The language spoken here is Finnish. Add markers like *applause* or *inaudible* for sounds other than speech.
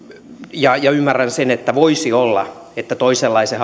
ja ymmärrän sen että voisi olla että jos toisenlainen *unintelligible*